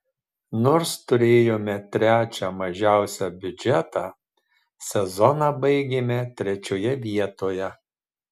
nors turėjome trečią mažiausią biudžetą sezoną baigėme trečioje vietoje